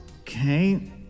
Okay